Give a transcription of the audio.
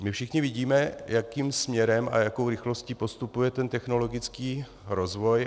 My všichni vidíme, jakým směrem a jakou rychlostí postupuje technologický rozvoj.